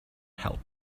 help